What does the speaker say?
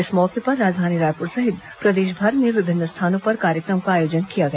इस मौके पर राजधानी रायपुर सहित प्रदेशभर में विभिन्न स्थानों पर कार्यक्रम का आयोजन किया गया